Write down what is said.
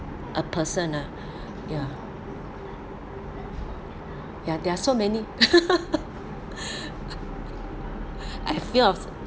a person ah ya ya there are so many I fear of